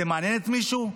זה מעניין מישהו?